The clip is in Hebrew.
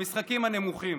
המשחקים הנמוכים.